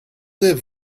liv